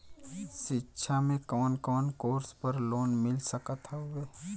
शिक्षा मे कवन कवन कोर्स पर लोन मिल सकत हउवे?